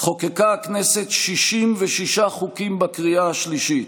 חוקקה הכנסת 66 חוקים בקריאה השלישית,